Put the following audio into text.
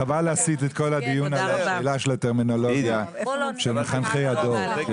חבל להסית את כל הדיון על השאלה של הטרמינולוגיה של מחנכי הדור.